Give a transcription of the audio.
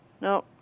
No